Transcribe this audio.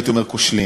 והייתי אומר כושלים.